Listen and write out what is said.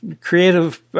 creative